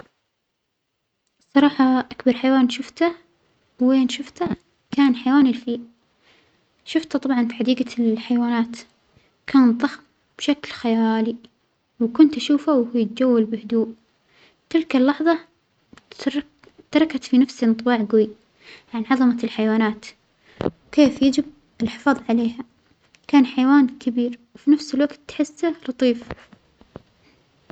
الصراحة أكبر حيوان شفته ووين شفته كان حيوان الفيل شوفته طبعا بحديجة الحيوانات كان ضخم بشكل خيالي، وكنت أشوفه وهو يتجول بهدوء، تلك اللحظة صرت تركت في نفسي انطباع جوى عن عظمة الحيوانات وكيف يجب الحفاظ عليها؟ كان حيوان كبير وفنفس الوجت تحسه لطيف.